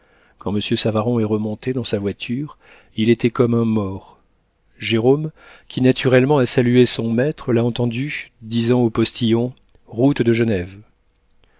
quand monsieur savaron est remonté dans sa voiture il était comme un mort jérôme qui naturellement a salué son maître l'a entendu disant au postillon route de genève